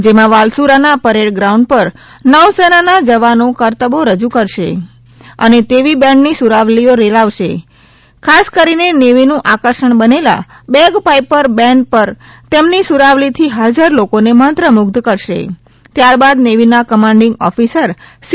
જેમાં વાલસુરાના parade ground પર નૌ સેનાના જવાનો કરબતો રજુ કરશે અને તેવી બેન્ડની સુરાવલીઓ રેલાવશે ખાસ કરીને નેવીનું આકર્ષણ બનેલા બેગ પાઇપર બેન્ડ પર તેમની સુરાવલી થી હાજર લોકોને મંત્ર મુગ્ધ કરશે ત્યારબાદ નેવીના કમાંડીંગ ઓફીસર સી